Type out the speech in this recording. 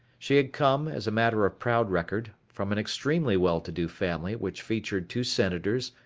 she had come, as a matter of proud record, from an extremely well-to-do family which featured two senators,